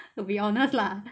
to be honest lah